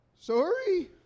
sorry